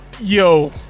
Yo